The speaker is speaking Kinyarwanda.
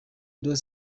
dos